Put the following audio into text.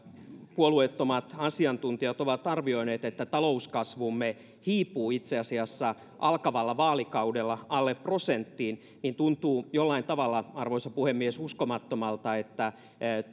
puolueettomat asiantuntijat ovat arvioineet että talouskasvumme hiipuu itse asiassa alkavalla vaalikaudella alle prosenttiin niin tuntuu jollain tavalla arvoisa puhemies uskomattomalta että